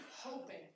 hoping